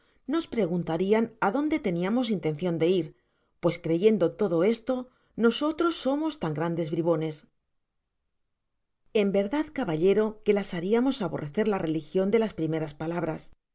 nos pregunta rian adónde teniamos intencion de ir pues creyendo todo esto nosotros somos tan grandes bribones en verdad caballero que las hariamcs aborrecer la religion desde las primeras palabras